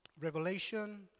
revelation